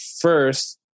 first